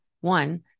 one